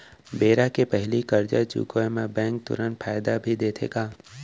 बेरा के पहिली करजा चुकोय म बैंक तुरंत फायदा भी देथे का?